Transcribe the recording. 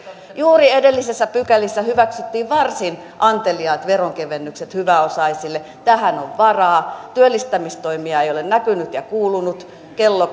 juuri edellisissä pykälissä hyväksyttiin varsin anteliaat veronkevennykset hyväosaisille tähän on varaa työllistämistoimia ei ole näkynyt ja kuulunut kello